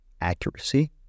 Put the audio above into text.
accuracy